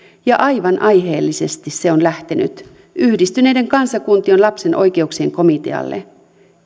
ja aivan aiheellisesti se on lähtenyt yhdistyneiden kansakuntien lapsen oikeuksien komitealle